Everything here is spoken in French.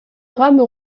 drames